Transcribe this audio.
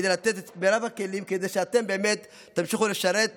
לתת את מרב הכלים כדי שאתם תמשיכו לשרת בגאון.